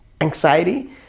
anxiety